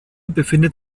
befindet